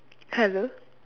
hello